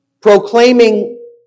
proclaiming